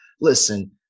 Listen